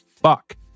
fuck